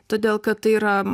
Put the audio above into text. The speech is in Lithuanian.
todėl kad tai yra